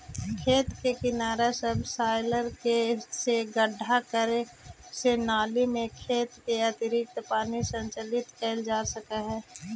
खेत के किनारा सबसॉइलर से गड्ढा करे से नालि में खेत के अतिरिक्त पानी संचित कइल जा सकऽ हई